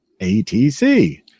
ATC